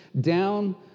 down